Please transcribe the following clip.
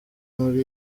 muri